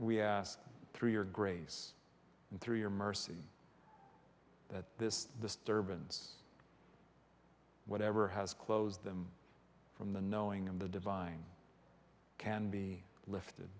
we ask through your grace and through your mercy that this disturbance whatever has closed them from the knowing of the divine can be lifted